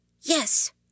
Yes